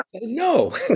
No